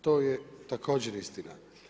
To je također istina.